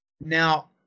now